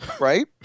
right